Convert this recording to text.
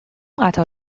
قطار